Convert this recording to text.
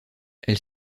elle